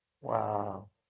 Wow